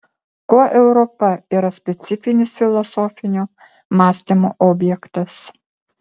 kuo europa yra specifinis filosofinio mąstymo objektas